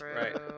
Right